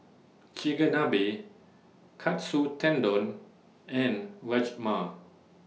Chigenabe Katsu Tendon and Rajma